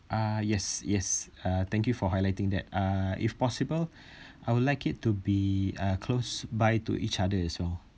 uh yes yes uh thank you for highlighting that uh if possible I would like it to be uh close by to each other so